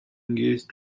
engaged